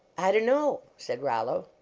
i dunno, said rollo.